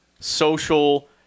social